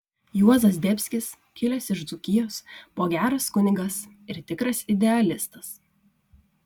juozas zdebskis kilęs iš dzūkijos buvo geras kunigas ir tikras idealistas